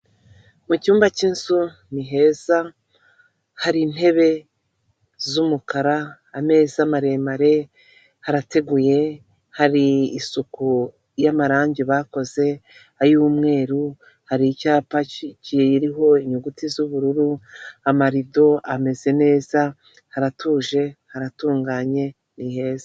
Mu cyumba k'inzu ni heza hari intebe z'umukara, ameza maremare harateguye hari isuku y'amarangi bakoze ay'umweru, hari icyapa Kiriho inyuguti z'ubururu amarido ameze neza haratuje haratunganye ni heza.